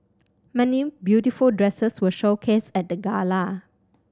many beautiful dresses were showcased at the gala